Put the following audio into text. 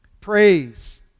praise